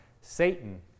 Satan